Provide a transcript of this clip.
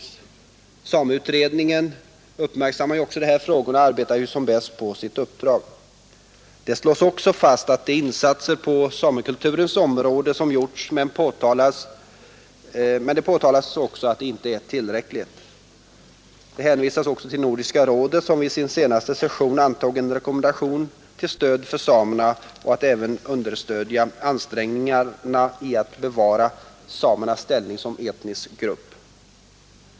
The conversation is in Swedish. Sameutredningen uppmärksammar också de här frågorna och arbetar ju som bäst på sitt uppdrag. Det slås även fast vilka insatser på samekulturens område som gjorts, men det påtalas att de inte är tillräckliga. Det hänvisas också till Nordiska rådet, som vid sin senaste session antog en rekommendation att stödja samerna och även understödja ansträngningarna att bevara samernas ställning som etnisk grupp.